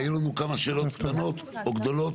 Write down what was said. היו לנו כמה שאלות קטנות או גדולות.